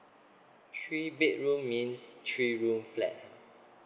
three bedroom means three room flat